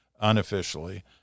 unofficially